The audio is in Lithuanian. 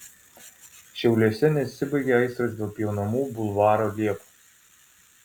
šiauliuose nesibaigia aistros dėl pjaunamų bulvaro liepų